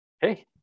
Hey